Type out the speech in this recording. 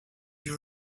you